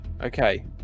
Okay